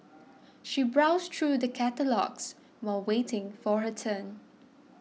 she browsed through the catalogues while waiting for her turn